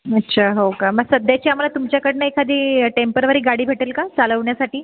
अच्छा हो का मग सध्याची आम्हाला तुमच्याकडून एखादी टेंपरवारी गाडी भेटेल का चालवण्यासाठी